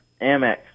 Amex